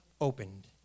opened